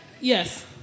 Yes